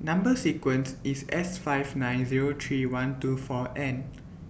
Number sequence IS S five nine Zero three one two four N